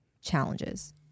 challenges